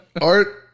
Art